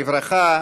בברכה,